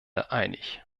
einig